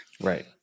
Right